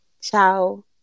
Ciao